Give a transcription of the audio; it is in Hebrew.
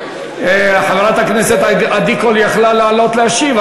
חברת הכנסת עדי קול יכלה לעלות להשיב,